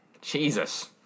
Jesus